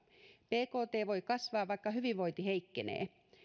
bkt voi kasvaa vaikka hyvinvointi heikkenee